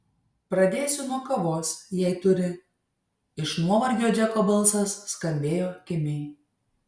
pradėsiu nuo kavos jei turi iš nuovargio džeko balsas skambėjo kimiai